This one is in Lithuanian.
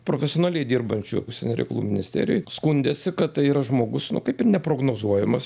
profesionaliai dirbančių užsienio reikalų ministerijoj skundėsi kad tai yra žmogus nu kaip ir neprognozuojamas